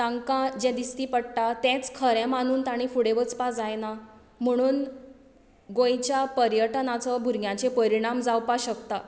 तांकां जें दिश्टी पडटा तेंच खरें मानून तांणी फुडें वचपा जायना म्हणून गोंयच्या पर्यटनाचो गोंयच्या भुरग्यांचेर परिणाम जावपा शकता